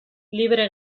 libre